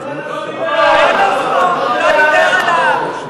הוא לא דיבר עליך.